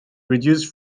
reduce